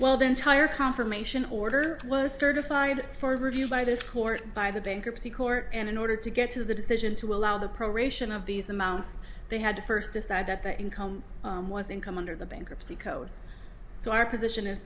well the entire confirmation order was certified for review by this court by the bankruptcy court and in order to get to the decision to allow the proration of these amounts they had to first decide that the income was income under the bankruptcy code so our position is